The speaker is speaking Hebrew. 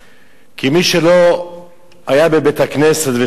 כי מי שלא היה בבית-הכנסת ולא שמע את קריאת